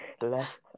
left